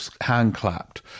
hand-clapped